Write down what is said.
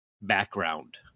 background